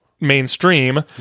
mainstream